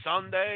sunday